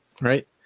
right